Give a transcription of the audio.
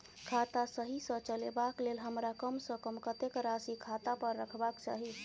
खाता सही सँ चलेबाक लेल हमरा कम सँ कम कतेक राशि खाता पर रखबाक चाहि?